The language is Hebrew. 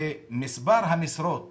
ומספר המשרות